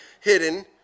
hidden